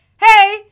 hey